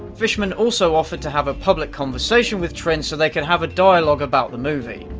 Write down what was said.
fishman also offered to have a public conversation with trin, so they can have a dialogue about the movie.